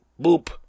Boop